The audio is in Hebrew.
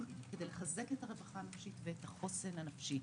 כדי לחזק את הרווחה האישית ואת החוסן הנפשי.